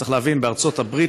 צריך להבין: בארצות הברית,